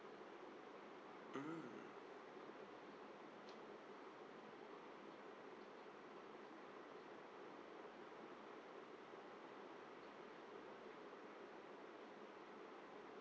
mm